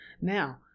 Now